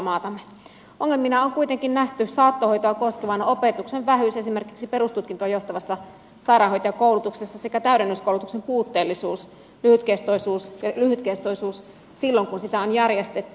ongelmina on kuitenkin nähty saattohoitoa koskevan opetuksen vähyys esimerkiksi perustutkintoon johtavassa sairaanhoitajakoulutuksessa sekä täydennyskoulutuksen puutteellisuus lyhytkestoisuus silloin kun sitä on järjestetty